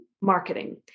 marketing